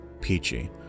peachy